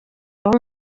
abo